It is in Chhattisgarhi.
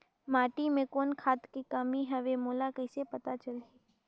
माटी मे कौन खाद के कमी हवे मोला कइसे पता चलही?